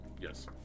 Yes